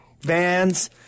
vans